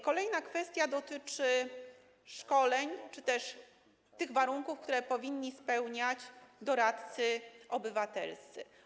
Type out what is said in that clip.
Kolejna kwestia dotyczy szkoleń czy też tych warunków, które powinni spełniać doradcy obywatelscy.